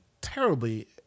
terribly